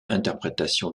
interprétation